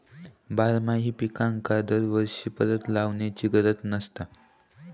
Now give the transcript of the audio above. बारमाही पिकांका दरवर्षी परत लावायची गरज नसता